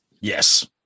Yes